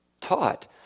taught